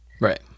Right